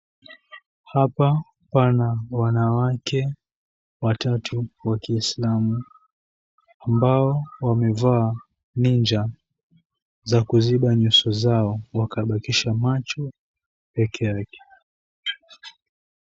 Hapa pana wanawake watatu wa Kiislamu ambao wamevaa ninja za kuziba nyuso zao wakabakisha macho peke yake.